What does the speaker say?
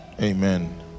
Amen